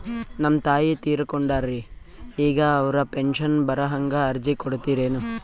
ನಮ್ ತಾಯಿ ತೀರಕೊಂಡಾರ್ರಿ ಈಗ ಅವ್ರ ಪೆಂಶನ್ ಬರಹಂಗ ಅರ್ಜಿ ಕೊಡತೀರೆನು?